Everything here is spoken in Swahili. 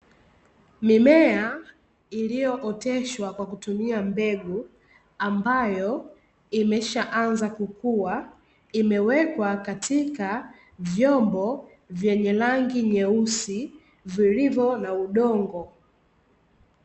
Mimea iliyooteshwa kwa kutumia mbegu ambayo, imeshaanza kukua, imewekwa katika vyombo vyenye rangi nyeusi vilivyo na udongo.